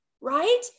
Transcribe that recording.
right